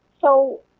So-